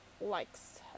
likes